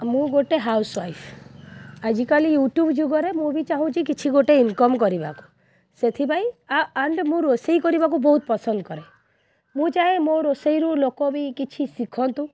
ମୁଁ ଗୋଟେ housewife ଆଜିକାଲି ୟୁଟ୍ୟୁବ୍ ଯୁଗରେ ମୁଁ ବି ଚାହୁଁଛି କିଛି ଗୋଟେ ଇନ୍କମ୍ କରିବାକୁ ସେଥିପାଇଁ ଆ ଆଣ୍ଡ୍ ମୁଁ ରୋଷେଇ କରିବାକୁ ବହୁତ ପସନ୍ଦ କରେ ମୁଁ ଚାହେଁ ମୋ ରୋଷେଇରୁ ଲୋକ ବି କିଛି ଶିଖନ୍ତୁ